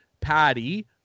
patty